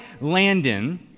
Landon